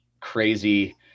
crazy